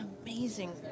amazing